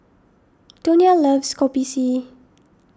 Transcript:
Donia loves Kopi C